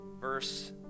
verse